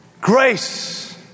Grace